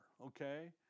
okay